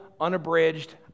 unabridged